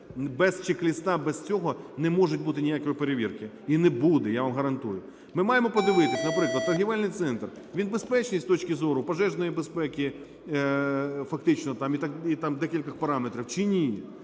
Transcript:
без чек-листа, без цього не може бути ніякої перевірки, і не буде, я вам гарантую. Ми маємо подивитись, наприклад, торгівельний центр, він безпечний з точки зору пожежної безпеки фактично, там, і там декількох параметрів чи ні.